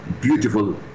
beautiful